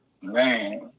man